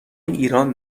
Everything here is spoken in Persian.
ایران